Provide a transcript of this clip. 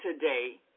today